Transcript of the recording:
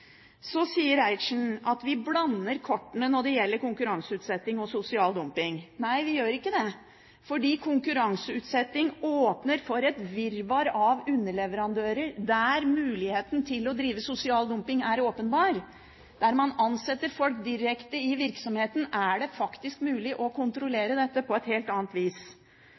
Så sier Reiertsen at vi blander kortene når det gjelder konkurranseutsetting og sosial dumping. Nei, vi gjør ikke det, for konkurranseutsetting åpner for et virvar av underleverandører der muligheten til å drive sosial dumping er åpenbar. Der man ansetter folk direkte i virksomheten, er det mulig å kontrollere dette på et helt annet vis.